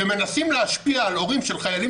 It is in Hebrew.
ומנסים להשפיע על הורים של חיילים